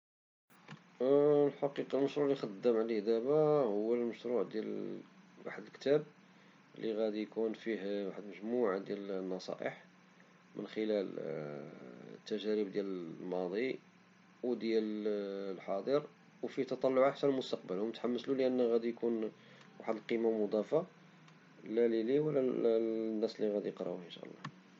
في الحقيقة المشروع لي خدام عليه دابا هو المشروع ديال واحد الكتاب لي غادي يكون فيه مجموعة ديال النصائح من خلال التجارب الماضي وديال الحاضر وفيه حتى تطلعات المستقبل عملتو لأن عيكون واحد القيمة مضافة لاليلي ولا للناس لي غيقراوه.